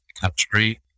country